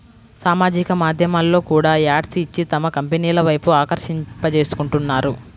సామాజిక మాధ్యమాల్లో కూడా యాడ్స్ ఇచ్చి తమ కంపెనీల వైపు ఆకర్షింపజేసుకుంటున్నారు